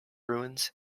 ruins